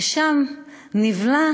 ששם נבלע